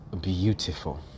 beautiful